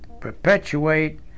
perpetuate